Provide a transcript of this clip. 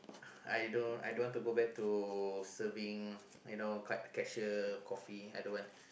I don't I don't want to go back to serving you know crew cashier coffee I don't want